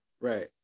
Right